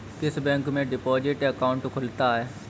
किस बैंक में deposit account खुलता है?